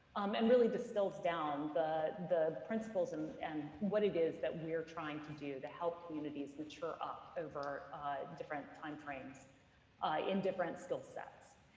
um and really distills down the the principles and and what it is that we're trying to do to help communities mature up over different time frames in different skill sets.